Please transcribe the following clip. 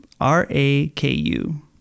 R-A-K-U